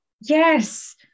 Yes